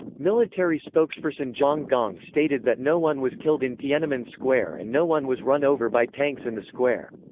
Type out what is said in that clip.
military spokesperson zhang gong stated that no one was killed in tiananmen square and no one was run over by tanks in the square.